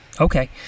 Okay